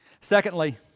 Secondly